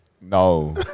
No